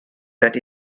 that